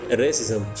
racism